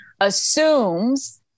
assumes